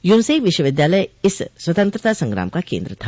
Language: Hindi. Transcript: योनसेई विश्वविद्यालय इस स्वतंत्रता संग्राम का केन्द्र था